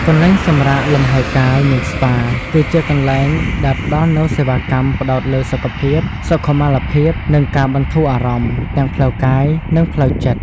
កន្លែងសម្រាកលំហែកាយ និងស្ប៉ា គឺជាទីកន្លែងដែលផ្តល់នូវសេវាកម្មផ្តោតលើសុខភាព សុខុមាលភាព និងការបន្ធូរអារម្មណ៍ ទាំងផ្លូវកាយ និងផ្លូវចិត្ត។